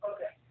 Okay